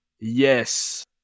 Yes